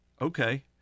okay